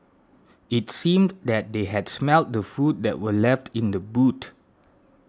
it seemed that they had smelt the food that were left in the boot